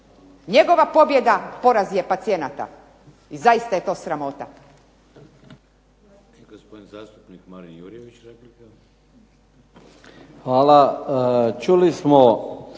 Njegova pobjeda poraz je pacijenata. I zaista je to sramota.